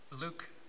Luke